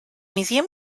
museum